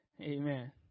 Amen